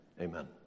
amen